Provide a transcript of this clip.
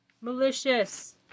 malicious